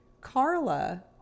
Carla